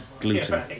gluten